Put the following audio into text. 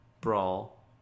Brawl